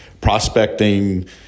prospecting